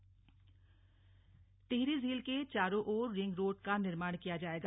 टिहरी झील टिहरी झील के चारों ओर रिंग रोड का निर्माण किया जाएगा